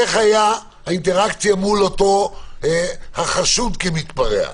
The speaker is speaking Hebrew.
ואיך הייתה האינטראקציה מול אותו החשוד כמתפרע?